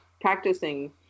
practicing